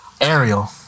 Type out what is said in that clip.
Ariel